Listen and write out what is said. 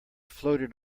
floated